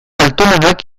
altonagak